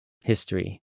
history